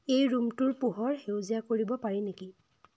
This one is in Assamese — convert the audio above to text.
এই ৰূমটোৰ পোহৰ সেউজীয়া কৰিব পাৰি নেকি